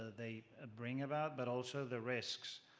they ah bring about, but also the risks.